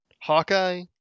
Hawkeye